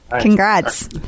Congrats